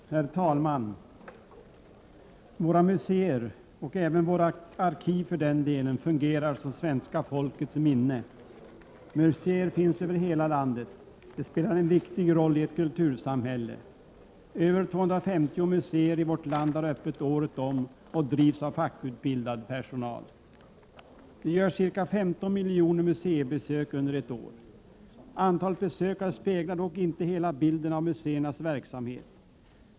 Herr talman! Våra museer — och även våra arkiv för den delen — fungerar som svenska folkets minne. Museer finns över hela landet. De spelar en viktig rolli ett kultursamhälle. Över 250 museer i vårt land har öppet året om och drivs av fackutbildad personal. Det görs ca 15 miljoner museibesök under ett år. Antalet besökare speglar dock inte hela bilden av museernas verksamhet.